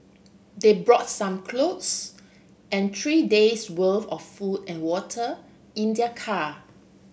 they brought some clothes and three days' worth of food and water in their car